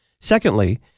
Secondly